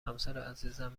همسرعزیزم